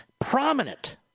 prominent